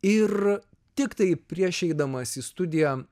ir tiktai prieš eidamas į studiją